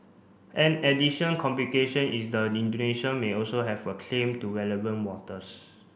an addition complication is the Indonesia may also have a claim to relevant waters